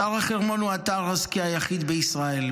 אתר החרמון הוא אתר הסקי היחיד בישראל.